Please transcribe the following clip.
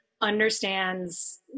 understands